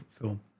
film